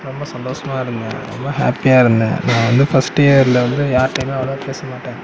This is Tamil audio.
ரொம்ப சந்தோஷமாருந்தேன் ரொம்ப ஹேப்பியாகருந்தேன் நான் வந்து ஃபஸ்ட்டியரில் வந்து யார்கிட்டையுமே அவ்வளோவா பேச மாட்டேன்